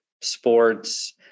sports